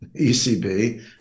ECB